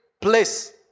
place